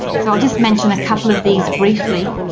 so i'll just mention a couple of these briefly.